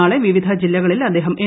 നാളെ വിവിധ ജില്ലകളിൽ അദ്ദേഹം എൻ